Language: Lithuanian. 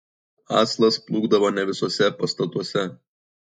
aslas plūkdavo ne visuose pastatuose